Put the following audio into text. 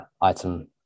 item